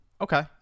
Okay